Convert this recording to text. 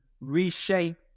reshape